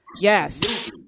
Yes